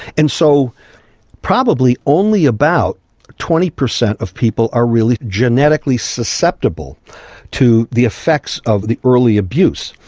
and so probably only about twenty percent of people are really genetically susceptible to the effects of the early abuse.